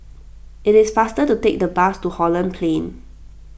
it is faster to take the bus to Holland Plain